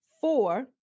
Four